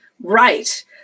Right